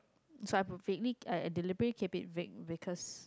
so I vaguely uh deliberately keep it vague because